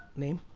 name?